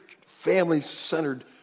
family-centered